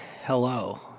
Hello